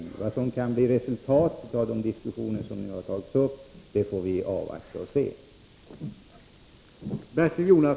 Vi får se vad som kan bli resultatet av de diskussioner som nu har tagits